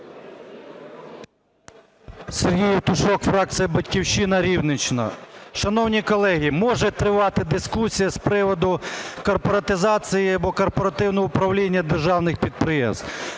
Сергій Євтушок, фракція "Батьківщина", Рівненщина. Шановні колеги, може тривати дискусія з приводу корпоратизації або корпоративного управління державних підприємств.